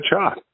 shot